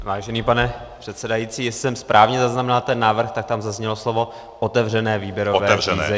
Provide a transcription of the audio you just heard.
Vážený pane předsedající, jestli jsem správně zaznamenal ten návrh, tak tam zaznělo slovo otevřené výběrové řízení.